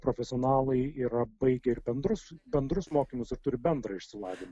profesionalai yra baigę ir bendrus bendrus mokymus ir turi bendrą išsilavinimą